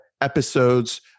episodes